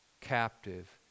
captive